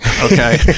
Okay